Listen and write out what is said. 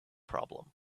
problem